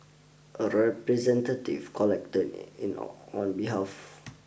a representative collected it in on behalf